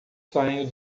saem